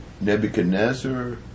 Nebuchadnezzar